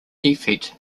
defect